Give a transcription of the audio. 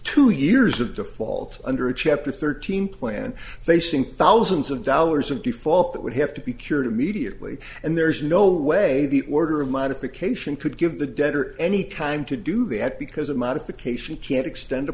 two years of default under a chapter thirteen plan facing thousands of dollars of default that would have to be cured immediately and there's no way the order of modification could give the debtor any time to do the act because a modification can't extend